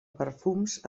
perfums